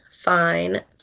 fine